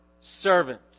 servant